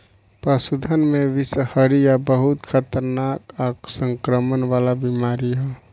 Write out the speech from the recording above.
पशुधन में बिषहरिया बहुत खतरनाक आ संक्रमण वाला बीमारी ह